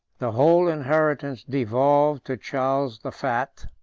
the whole inheritance devolved to charles the fat,